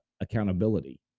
accountability